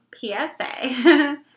PSA